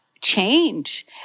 change